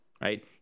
right